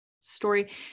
story